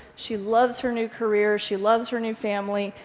she loves her new career, she loves her new family,